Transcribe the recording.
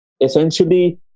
essentially